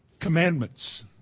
Commandments